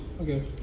Okay